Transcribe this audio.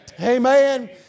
Amen